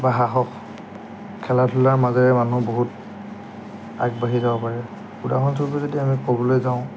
বা সাহস খেলা ধূলাৰ মাজেৰে মানুহ বহুত আগবাঢ়ি যাব পাৰে উদাহৰণস্বৰূপে যদি আমি ক'বলৈ যাওঁ